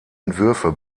entwürfe